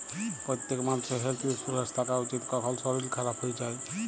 প্যত্তেক মালুষের health insurance থ্যাকা উচিত, কখল শরীর খারাপ হয়ে যায়